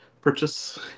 purchase